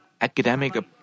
academic